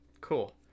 cool